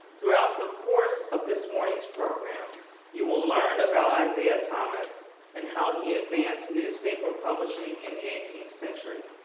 throughout the course of this morning's program you will learn about isaiah thomas and how he advanced newspaper publishing in the eighteenth century.